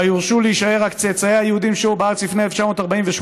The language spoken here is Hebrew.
"שבה יורשו להישאר רק צאצאי היהודים ששהו בארץ לפני 1948,